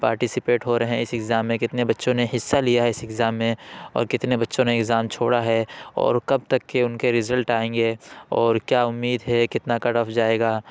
participate ہو رہے ہیں اس ایگزام میں کتنے بچوں نے حصہ لیا ہے اس ایگزام میں اور کتنے بچوں نے ایگزام چھوڑا ہے اور کب تک کہ ان کے رزلٹ آئیں گے اور کیا امید ہے کتنا کٹ آف جائے گا